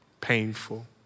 painful